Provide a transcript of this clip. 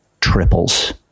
triples